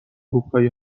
اروپایی